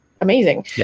amazing